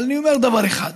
אבל אני אומר דבר אחד: